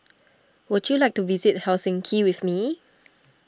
would you like to visit Helsinki with me